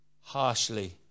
harshly